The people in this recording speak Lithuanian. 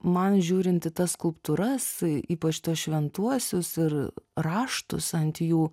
man žiūrint į tas skulptūras ypač į tuos šventuosius ir raštus ant jų